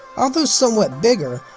although somewhat bigger,